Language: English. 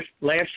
last